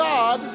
God